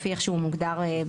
לפי איך שהוא מוגדר בחוק,